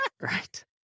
Right